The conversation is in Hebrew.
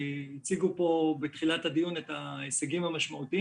הציגו פה בתחילת הדיון את ההישגים המשמעותיים